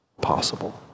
possible